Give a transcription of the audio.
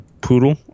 Poodle